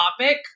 topic